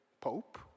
Pope